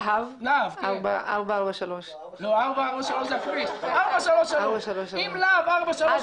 להב 443. 433. אם להב 433